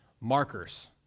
markers